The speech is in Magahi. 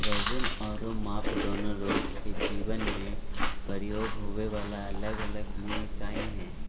वजन आरो माप दोनो रोज के जीवन मे प्रयोग होबे वला अलग अलग मूल इकाई हय